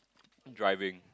driving